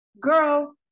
girl